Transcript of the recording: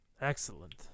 Excellent